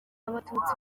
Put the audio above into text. abatutsi